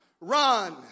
run